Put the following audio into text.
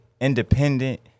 independent